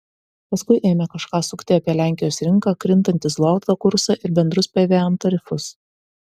paskui ėmė kažką sukti apie lenkijos rinką krintantį zloto kursą ir bendrus pvm tarifus